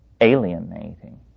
alienating